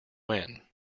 when